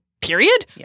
period